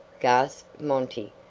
gasped monty.